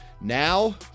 now